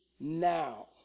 now